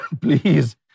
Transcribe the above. please